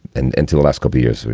and until last couple years,